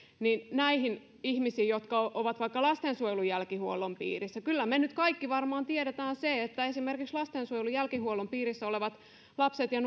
näihin ihmisiin jotka ovat vaikka lastensuojelun jälkihuollon piirissä kyllä me kaikki nyt varmaan tiedämme sen että ei esimerkiksi lastensuojelun jälkihuollon piirissä olevien lasten ja